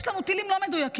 יש לנו טילים לא מדויקים,